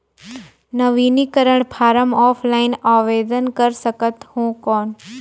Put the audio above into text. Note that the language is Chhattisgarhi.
नवीनीकरण फारम ऑफलाइन आवेदन कर सकत हो कौन?